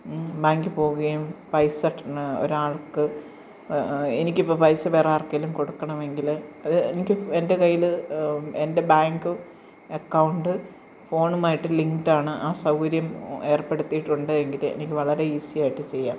ബാങ്കിൽ പോകുകയും പൈസ റ്റ് ന്ന് ഒരാൾക്ക് എനിക്കിപ്പോൾ പൈസ വേറാർക്കെങ്കിലും കൊടുക്കണമെങ്കിൽ അത് എനിക്ക് എൻ്റെ കയ്യിൽ എൻ്റെ ബാങ്ക് അക്കൗണ്ട് ഫോണുമായിട്ട് ലിങ്ക്ഡ് ആണ് ആ സൗകര്യം ഏർപ്പെടുത്തിയിട്ടുണ്ട് എങ്കിൽ എനിക്കു വളരെ ഈസിയായിട്ടു ചെയ്യാം